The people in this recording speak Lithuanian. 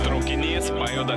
traukinys pajuda